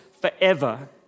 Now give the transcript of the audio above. forever